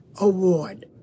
Award